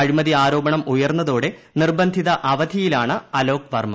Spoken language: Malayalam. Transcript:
അഴിമതി ആരോപണം ഉയർന്നതോടെ നിർബന്ധിത അവധിയിലാണ് അലോക് വർമ്മ